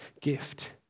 gift